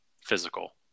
physical